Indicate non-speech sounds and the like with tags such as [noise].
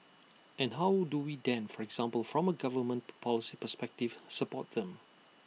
and how do we then for example from A government [noise] policy perspective support them